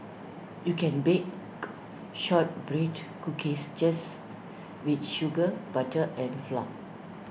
you can bake Shortbread Cookies just with sugar butter and flour